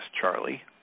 Charlie